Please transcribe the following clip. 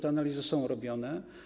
Te analizy są robione.